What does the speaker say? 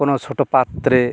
কোনো ছোট পাত্রে